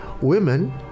women